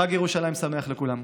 חג ירושלים שמח לכולם.